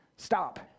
Stop